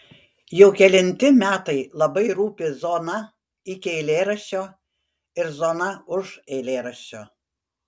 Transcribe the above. jau kelinti metai labai rūpi zona iki eilėraščio ir zona už eilėraščio